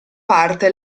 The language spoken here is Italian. parte